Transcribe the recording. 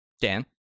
Dan